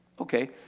okay